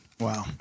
Wow